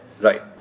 Right